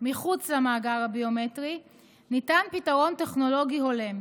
מחוץ למאגר הביומטרי ניתן פתרון טכנולוגי הולם.